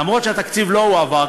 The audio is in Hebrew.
אומנם התקציב לא הועבר,